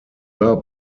war